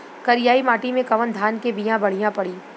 करियाई माटी मे कवन धान के बिया बढ़ियां पड़ी?